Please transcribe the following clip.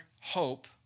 hope